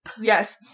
yes